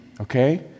Okay